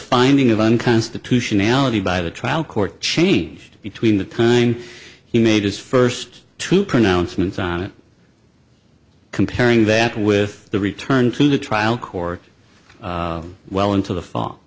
finding of unconstitutionality by the trial court changed between the time he made his first two pronouncements on it comparing that with the return to the trial court well into the fall